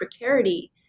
precarity